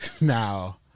Now